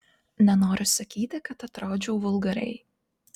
nenoriu sakyti kad atrodžiau vulgariai